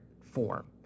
form